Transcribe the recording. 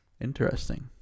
Interesting